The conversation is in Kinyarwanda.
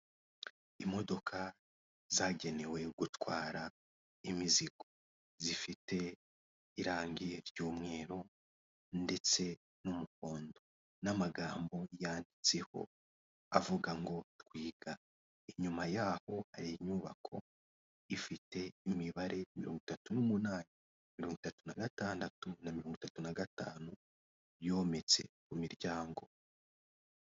Imodoka zagenewe gutwara imizigo zifite irange ry'umweru ndetse n'umuhondo n'amagambo yanditseho avuga ngo twiga, inyuma yaho hari inyubako ifite imibare mirongo itatu n'umunani mirongo itatu na gatandatu na mirongo itatu na gatanu yometse ku miryango.